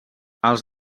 els